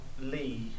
Lee